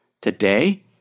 today